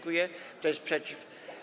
Kto jest przeciw?